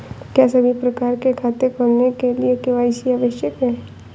क्या सभी प्रकार के खाते खोलने के लिए के.वाई.सी आवश्यक है?